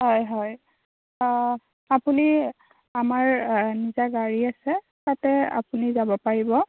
হয় হয় আপুনি আমাৰ নিজা গাড়ী আছে তাতে আপুনি যাব পাৰিব